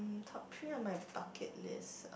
top three on my bucket list